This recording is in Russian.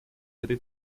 этой